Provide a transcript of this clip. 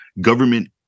government